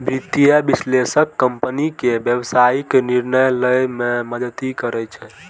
वित्तीय विश्लेषक कंपनी के व्यावसायिक निर्णय लए मे मदति करै छै